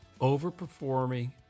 overperforming